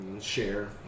Share